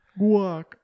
Guac